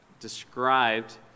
described